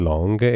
Long